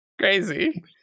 Crazy